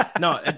No